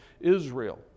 Israel